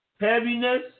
Heaviness